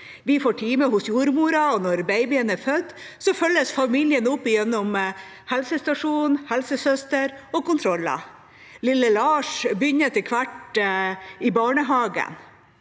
Vi får timer hos jordmora, og når babyen er født, følges familien opp gjennom helsestasjon, helsesøster og kontroller. Lille Lars begynner etter hvert i barnehagen,